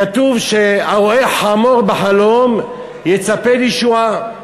כתוב: הרואה חמור בחלום יצפה לישועה.